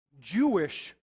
Jewish